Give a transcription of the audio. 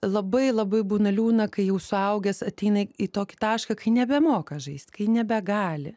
labai labai būna liūdna kai jau suaugęs ateina į tokį tašką kai nebemoka žaist kai nebegali